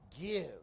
Give